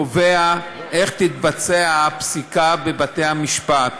קובע איך תתבצע הפסיקה בבתי-המשפט.